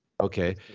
okay